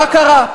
מה קרה?